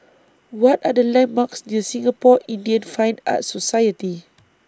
What Are The landmarks near Singapore Indian Fine Arts Society